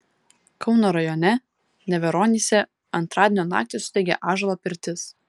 kauno rajone neveronyse antradienio naktį sudegė ąžuolo pirtis